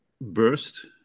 burst